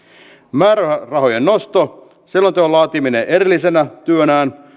määrärahojen nosto selonteon laatiminen erillisenä työnään